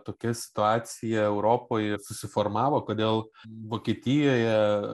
tokia situacija europoj susiformavo kodėl vokietijoje